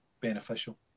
beneficial